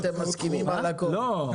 אתם מסכימים על הכול.